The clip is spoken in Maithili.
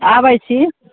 आबै छी